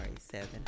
seven